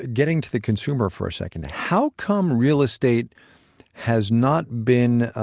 getting to the consumer for a second. how come real estate has not been, ah